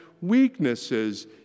weaknesses